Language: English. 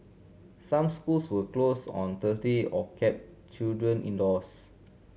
some schools were closed on Thursday or kept children indoors